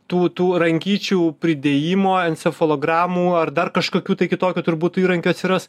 tų tų rankyčių pridėjimo encefalogramų ar dar kažkokių tai kitokių turbūt įrankių atsiras